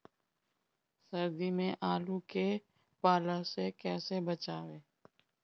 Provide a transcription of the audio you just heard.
सर्दी में आलू के पाला से कैसे बचावें?